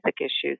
issues